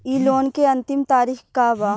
इ लोन के अन्तिम तारीख का बा?